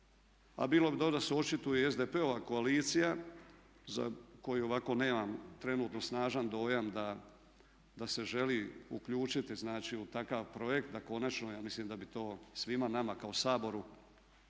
A bilo bi dobro da se očituje i SDP-ova koalicija za koju ovako nemam trenutno snažan dojam da se želi uključiti znači u takav projekt da konačno, ja mislim da bi to svima nama kao Saboru